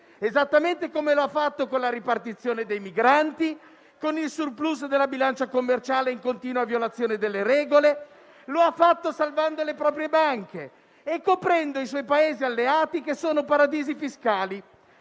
esattamente come l'ha fatto con la ripartizione dei migranti e con il *surplus* della bilancia commerciale, in continua violazione delle regole. Lo ha fatto salvando le proprie banche e coprendo i suoi Paesi alleati, che sono paradisi fiscali.